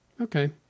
okay